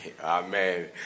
Amen